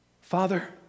Father